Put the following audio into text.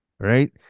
right